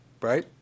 right